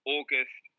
August